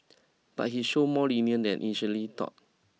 but he showed more leniency than initially thought